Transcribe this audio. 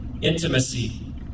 Intimacy